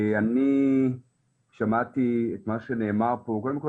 אני שמעתי את מה שנאמר פה וקודם כל,